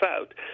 out